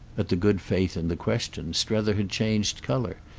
at the good faith in the question strether had changed colour,